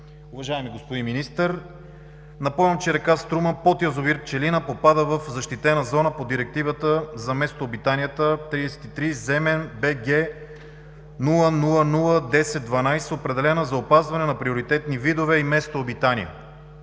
Уважаеми господин Министър, напомням, че р. Струма под язовир „Пчелина“ попада в защитена зона по Директивата за местообитанията 33/Земен/БГ/0001012, определена за опазване на приоритетни видове и местообитания.